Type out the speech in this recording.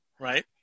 Right